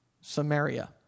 Samaria